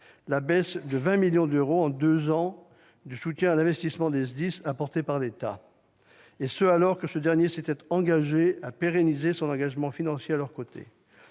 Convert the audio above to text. la baisse de 20 millions d'euros en deux ans du soutien à l'investissement des SDIS apporté par l'État, alors que ce dernier avait promis de pérenniser son engagement financier à leurs côtés.